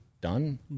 done